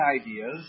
ideas